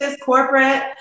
corporate